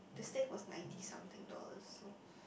the steak was ninety something dollar so